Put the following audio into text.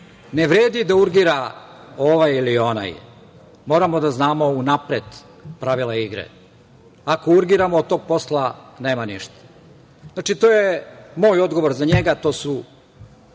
Ne vredi da urgira ovaj ili onaj. Moramo da znamo unapred pravila igre. Ako urgiramo, od tog posla nema ništa. To je moj odgovor za njega. To su